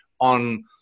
on